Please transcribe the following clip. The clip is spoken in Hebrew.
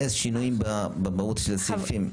זה שינויים במהות הסעיפים.